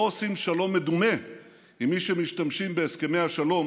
לא עושים שלום מדומה עם מי שמשתמשים בהסכמי השלום